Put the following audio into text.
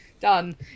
Done